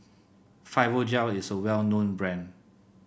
Fibogel is well known brand